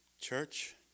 Church